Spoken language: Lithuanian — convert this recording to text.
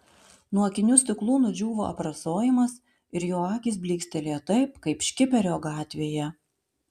nuo akinių stiklų nudžiūvo aprasojimas ir jo akys blykstelėjo taip kaip škiperio gatvėje